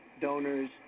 donors